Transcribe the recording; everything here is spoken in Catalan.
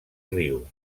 riu